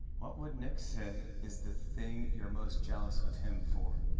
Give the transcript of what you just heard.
what would nick say is the thing you're most jealous of him for?